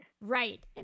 Right